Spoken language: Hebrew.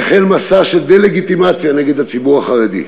החל מסע של דה-לגיטימציה נגד הציבור החרדי.